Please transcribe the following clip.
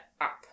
up